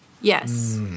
Yes